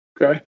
Okay